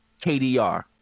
KDR